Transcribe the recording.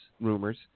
rumors